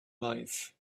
life